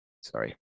sorry